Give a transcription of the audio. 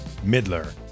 Midler